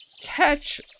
catch